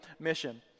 mission